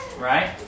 right